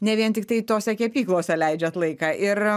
ne vien tiktai tose kepyklose leidžiat laiką ir